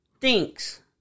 thinks